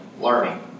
learning